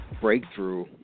breakthrough